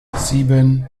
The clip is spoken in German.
sieben